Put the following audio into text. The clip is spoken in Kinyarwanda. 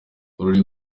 ruri